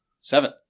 Seven